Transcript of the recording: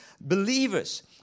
believers